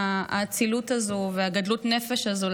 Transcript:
האצילות הזו וגדלות הנפש הזו להגיד,